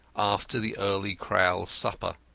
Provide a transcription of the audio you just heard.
after the early crowl supper.